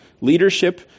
Leadership